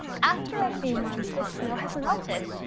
after a few months the snow has melted.